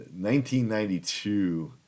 1992